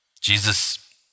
Jesus